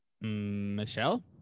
Michelle